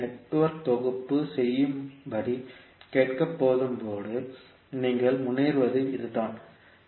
எனவே நெட்வொர்க் தொகுப்பு செய்யும்படி கேட்கப்படும் போது நீங்கள் முன்னேறுவது இதுதான்